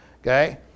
Okay